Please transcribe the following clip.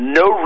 no